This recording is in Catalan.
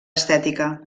estètica